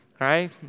right